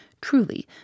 truly